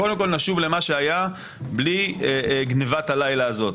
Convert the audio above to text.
קודם כול נשוב למה שהיה בלי גניבת הלילה הזאת.